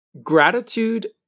Gratitude